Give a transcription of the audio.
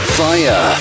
fire